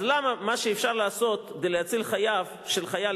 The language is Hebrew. אז למה מה שאפשר לעשות כדי להציל חייו של חייל